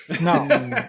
No